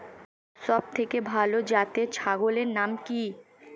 সবথেকে ভালো জাতের ছাগলের নাম কি?